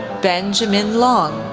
ben jamin long,